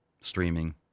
streaming